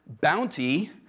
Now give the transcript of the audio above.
bounty